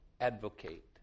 advocate